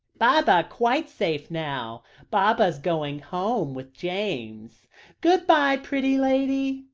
baba quite safe now baba going home with james good-bye, pretty lady,